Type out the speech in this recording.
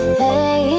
hey